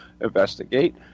investigate